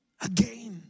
again